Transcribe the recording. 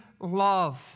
love